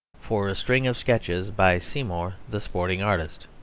for a string of sketches by seymour, the sporting artist.